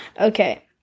Okay